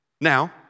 Now